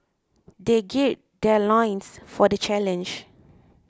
they gird their loins for the challenge